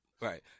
right